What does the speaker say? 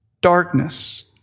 Darkness